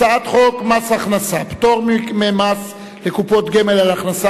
הצעת חוק מס הכנסה (פטור ממס לקופת גמל על הכנסה